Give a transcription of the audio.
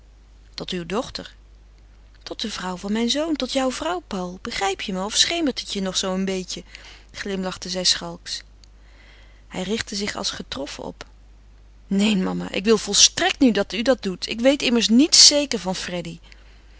tot uw dochter tot de vrouw van mijn zoon tot jouw vrouw paul begrijp je me of schemert het je nog zoo een beetje glimlachte zij schalks hij richtte zich als getroffen op neen mama ik wil volstrekt niet dat u dat doet ik weet immers niets zekers van freddy